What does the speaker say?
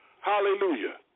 Hallelujah